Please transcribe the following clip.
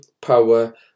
power